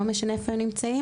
לא משנה איפה הם נמצאים,